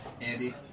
Andy